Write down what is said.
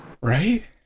Right